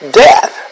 death